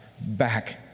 back